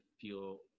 feel